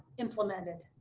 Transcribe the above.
implemented.